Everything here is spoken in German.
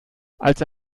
als